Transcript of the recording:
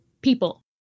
people